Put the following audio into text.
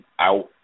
out